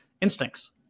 instincts